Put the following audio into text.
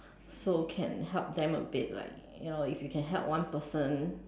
so can help them a bit like you know if you can help one person